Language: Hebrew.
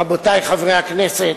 רבותי חברי הכנסת,